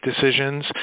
decisions